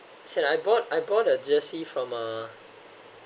say I bought I bought a jersey from uh